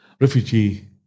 refugee